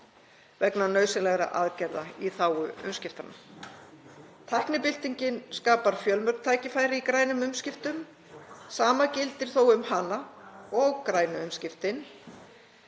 vegna nauðsynlegra aðgerða í þágu umskiptanna. Tæknibyltingin skapar fjölmörg tækifæri í grænum umskiptum. Sama gildir þó um hana og græn umskipti,